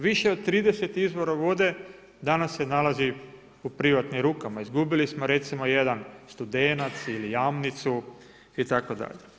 Više od 30 izvora vode danas se nalazi u privatnim rukama, izgubili smo recimo jedan Studenac ili Jamnicu itd.